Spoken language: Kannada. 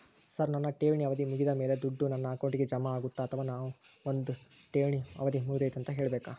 ಸರ್ ನನ್ನ ಠೇವಣಿ ಅವಧಿ ಮುಗಿದಮೇಲೆ, ದುಡ್ಡು ನನ್ನ ಅಕೌಂಟ್ಗೆ ಜಮಾ ಆಗುತ್ತ ಅಥವಾ ನಾವ್ ಬಂದು ಠೇವಣಿ ಅವಧಿ ಮುಗದೈತಿ ಅಂತ ಹೇಳಬೇಕ?